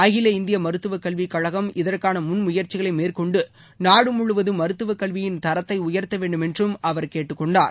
அகில இந்திய மருத்துவ கல்வி கழகம் இதற்கான முன் முயற்சிகளை மேற்கொண்டு நாடு முழுவதும் மருத்துவ கல்வியின் தரத்தை உயர்த்த வேண்டும் என்றும் அவர் கேட்டுக்கொண்டார்